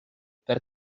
per